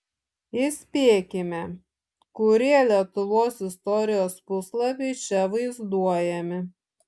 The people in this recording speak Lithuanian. įspėkime kurie lietuvos istorijos puslapiai čia vaizduojami